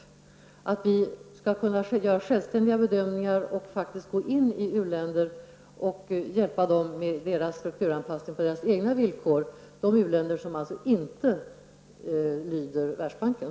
Skall vi kunna göra självständiga bedömningar och faktiskt gå in och hjälpa u-länder med strukturanpassningen på u-ländernas egna villkor? Det gäller alltså de u-länder som inte lyder